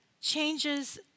changes